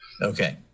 Okay